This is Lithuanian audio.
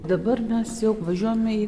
dabar mes jau važiuojame į